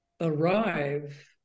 arrive